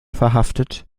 verhaftet